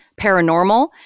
Paranormal